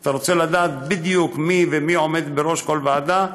אתה רוצה לדעת בדיוק מי ומי עומד בראש כל ועדה,